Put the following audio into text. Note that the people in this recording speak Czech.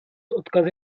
odkazy